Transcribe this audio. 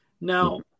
Now